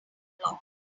blocked